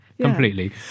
completely